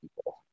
people